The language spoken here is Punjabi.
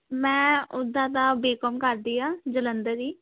ਮੈਂ ਓਦਾਂ ਤਾਂ ਬੀਕੌਮ ਕਰਦੀ ਹਾਂ ਜਲੰਧਰ ਹੀ